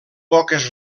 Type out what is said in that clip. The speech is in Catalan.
poques